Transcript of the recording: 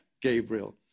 Gabriel